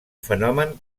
fenomen